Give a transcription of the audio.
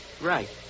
Right